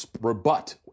rebut